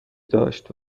داشت